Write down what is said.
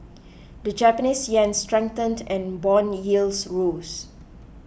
the Japanese yen strengthened and bond yields rose